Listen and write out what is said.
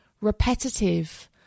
repetitive